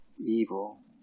evil